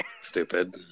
Stupid